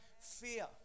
fear